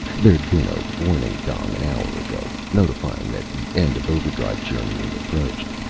there'd been a warning gong an hour ago, notifying that the end of overdrive journeying approached.